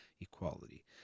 equality